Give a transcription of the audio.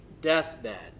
deathbed